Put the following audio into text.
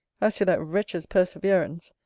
as to that wretch's perseverance,